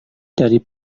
dari